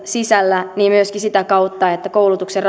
sisällä myöskin sitä kautta että koulutuksen